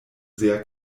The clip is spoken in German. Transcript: sehr